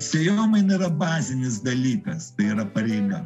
sėjomainą bazinis dalykas tai yra pareiga